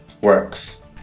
works